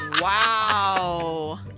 Wow